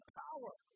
power